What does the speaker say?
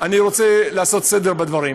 אני רוצה לעשות סדר בדברים.